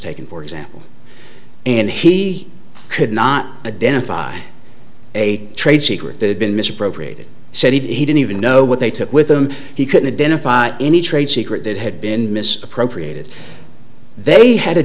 taken for example and he could not identify a trade secret that had been misappropriated said he didn't even know what they took with them he couldn't identify any trade secret that had been mis appropriated they had a